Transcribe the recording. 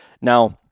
Now